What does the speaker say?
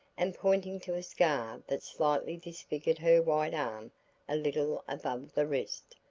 and pointing to a scar that slightly disfigured her white arm a little above the wrist,